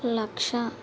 లక్ష